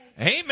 Amen